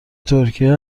ترکیه